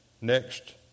next